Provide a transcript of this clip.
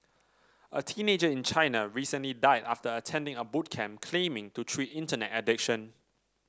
a teenager in China recently died after attending a boot camp claiming to treat Internet addiction